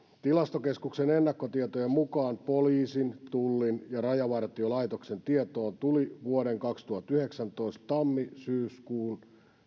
tilastokeskuksen ennakkotietojen mukaan poliisin tullin ja rajavartiolaitoksen tietoon tuli vuoden kaksituhattayhdeksäntoista tammi syyskuussa